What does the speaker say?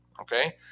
okay